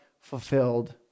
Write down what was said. fulfilled